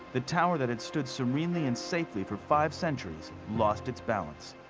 the tower that had stood serenely and safely for five centuries, lost its balance.